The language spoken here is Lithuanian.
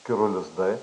kirų lizdai